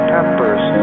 Peppers